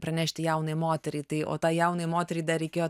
pranešti jaunai moteriai tai o tai jaunai moteriai dar reikėjo